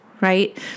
right